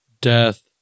Death